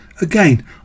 Again